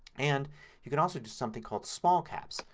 and you can also do something called small caps.